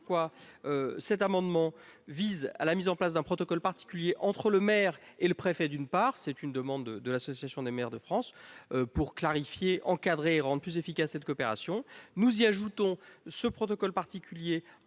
conséquent, cet amendement vise à mettre en place un protocole particulier entre le maire et le préfet, ce qui est une demande de l'Association des maires de France. Pour clarifier, encadrer et rendre plus efficace la coopération que j'évoquais, nous ajoutons un protocole particulier